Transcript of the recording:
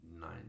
Nine